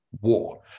war